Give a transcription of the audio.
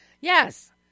Yes